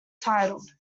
titled